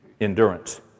endurance